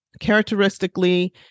Characteristically